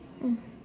mm